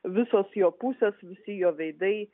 visos jo pusės visi jo veidai